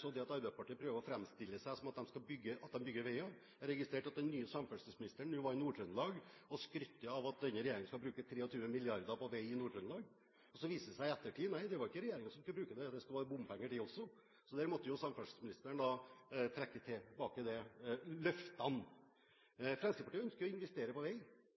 Så Arbeiderpartiet prøver å framstille det som om de bygger veier – jeg registrerte at den nye samferdselsministeren nå var i Nord-Trøndelag og skrøt av at denne regjeringen skal bruke 23 mrd. kr på vei i Nord-Trøndelag. Og så viser det seg i ettertid at nei, det var ikke regjeringen som skulle bruke penger – det skulle være bompenger, det også. Så der måtte samferdselsministeren trekke tilbake løftene. Fremskrittspartiet ønsker å investere på vei,